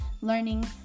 learning